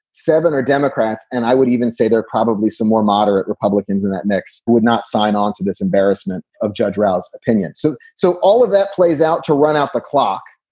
seven are democrats. and i would even say there are probably some more moderate republicans in that mix who would not sign onto this embarrassment of judge routh's opinion. so so all of that plays out to run out the clock,